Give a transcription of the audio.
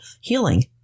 healing